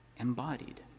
Embodied